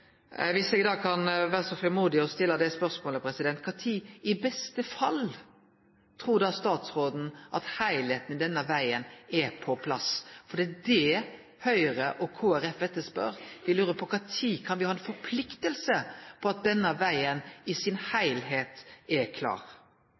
Viss eg då kan vere så frimodig å stille det spørsmålet: Kva tid, i beste fall, trur statsråden at heilskapen i denne vegen er på plass? For det er det Høgre og Kristeleg Folkeparti etterspør: Me lurer på kva tid me kan ha ei forplikting på at denne vegen i sin